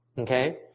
Okay